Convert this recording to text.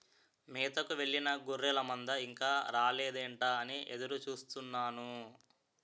మేతకు వెళ్ళిన గొర్రెల మంద ఇంకా రాలేదేంటా అని ఎదురు చూస్తున్నాను